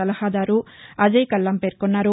సలహాదారు అజేయ కల్లం పేర్కొన్నారు